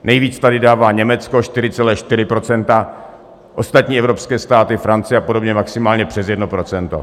Nejvíc tady dává Německo 4,4 %, ostatní evropské státy, Francie apod. maximálně přes 1 %.